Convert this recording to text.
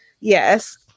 Yes